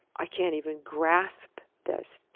i can't even grasp this.